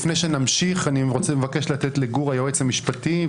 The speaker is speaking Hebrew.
לפני שנמשיך אני מבקש לתת לגור היועץ המשפטי,